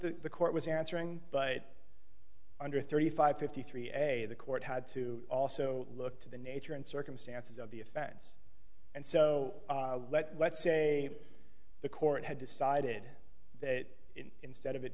the court was answering but under thirty five fifty three a the court had to also look to the nature and circumstances of the offense and so let's say the court had decided that instead of it